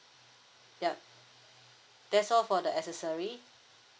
yup that's all for the accessory